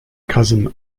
cousin